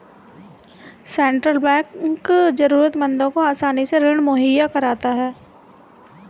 central Bank जरूरतमंदों को आसानी से ऋण मुहैय्या कराता है